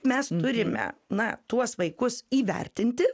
mes turime na tuos vaikus įvertinti